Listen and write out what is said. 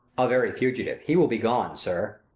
a very fugitive, he will be gone, sir.